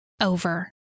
over